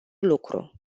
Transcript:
lucru